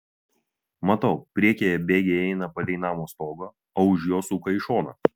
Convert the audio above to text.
matau priekyje bėgiai eina palei namo stogą o už jo suka į šoną